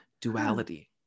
duality